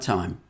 Time